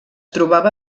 trobava